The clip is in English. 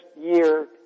year